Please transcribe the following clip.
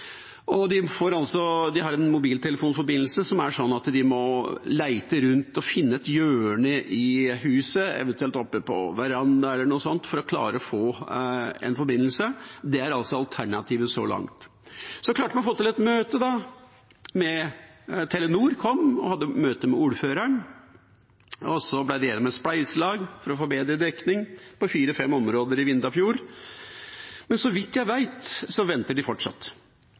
De har en mobiltelefonforbindelse som er sånn at de må lete rundt og finne et hjørne i huset, eventuelt oppe på en veranda eller noe sånt, for å klare å få en forbindelse. Det er alternativet så langt. Så klarte man å få til et møte med Telenor Kommunikasjon og med ordføreren. De ble enige om et spleiselag for å få bedre dekning i fire–fem områder i Vindafjord. Men så vidt jeg vet, venter de fortsatt.